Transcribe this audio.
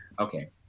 Okay